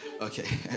okay